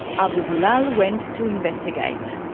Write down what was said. abu bilal went to investigate.